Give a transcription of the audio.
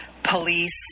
police